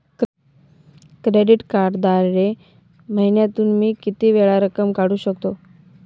Credit कार्डद्वारे महिन्यातून मी किती वेळा रक्कम काढू शकतो?